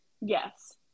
Yes